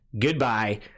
Goodbye